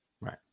Right